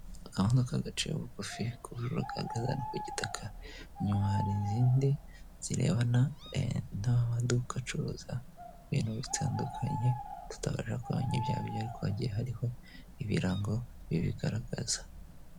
Akamodoka gaciye bugufi k'ubururu gahagaze hano ku gitaka inyuma hari izindi zirebana n'amaduka acuruza ibintu bitandukanye tutamenye ibya aribyo hagiye hariho ibirango bibigaragaza.